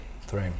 Three